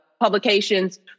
publications